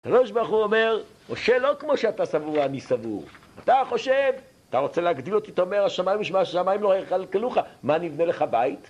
הקדוש ברוך הוא אומר, משה לא כמו שאתה סבור, אני סבור אתה חושב, אתה רוצה להגדיל אותי? אתה אומר, השמיים, השמיים לא יכלכלוך לך מה נבנה לך, בית?